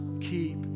keep